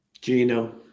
Gino